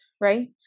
right